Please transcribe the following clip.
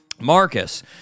Marcus